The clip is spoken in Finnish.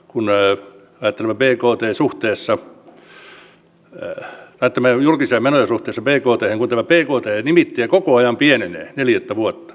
tämän vaihtoehtobudjetin esittäminen nykytilanteessa on hankalaa kun ajattelemme julkisia menoja suhteessa bkthen kun tämä bkt nimittäjä koko ajan pienenee neljättä vuotta